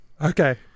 okay